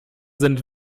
sind